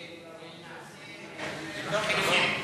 נעשה חילופים.